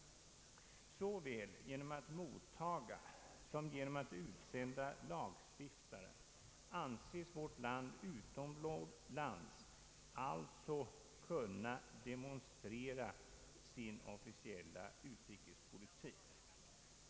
Såväl genom att mottaga som genom att utsända lagstiftare anses vårt land utomlands alltså kunna demonstrera sin officiella utrikespolitik.